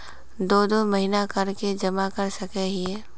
दो दो महीना कर के जमा कर सके हिये?